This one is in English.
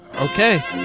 Okay